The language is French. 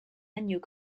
agneau